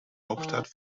hauptstadt